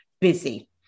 busy